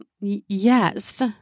yes